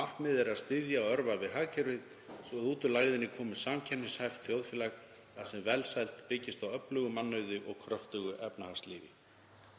Markmiðið er að styðja við og örva hagkerfið svo að út úr lægðinni komi samkeppnishæft þjóðfélag þar sem velsæld byggist á öflugum mannauði og kröftugu efnahagslífi.